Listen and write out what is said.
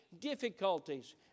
difficulties